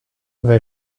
they